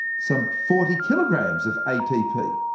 some forty kilograms of atp.